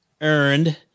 earned